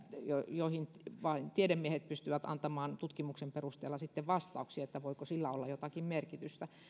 joihin vain tiedemiehet pystyvät antamaan tutkimuksen perusteella sitten vastauksia että voiko sillä olla jotakin merkitystä